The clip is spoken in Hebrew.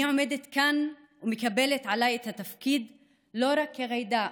אני עומדת כאן ומקבלת עליי את התפקיד לא רק כג'ידא,